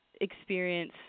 experience